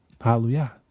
Hallelujah